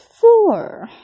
four